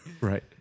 Right